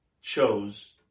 Chose